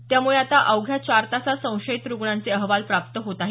त्यामुळे आता अवघ्या चार तासात संशयित रुग्णांचे अहवाल प्राप्त होत आहेत